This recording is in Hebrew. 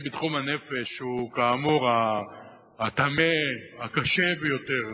הנה, תחום הנפש, שהוא כאמור הטמא, הקשה ביותר